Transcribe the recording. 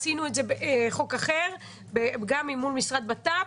עשינו את זה בחוק אחר גם מול משרד בט"פ,